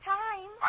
time